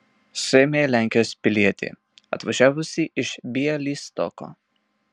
suėmė lenkijos pilietį atvažiavusį iš bialystoko